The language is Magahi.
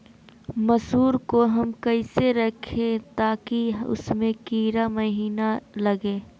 मसूर को हम कैसे रखे ताकि उसमे कीड़ा महिना लगे?